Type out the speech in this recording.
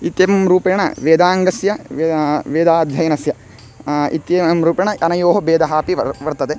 इत्येवं रूपेण वेदाङ्गस्य वेदाध्ययनस्य इत्येवं रूपेण अनयोः भेदः अपि वर्तते वर्तते